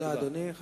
אדוני, תודה.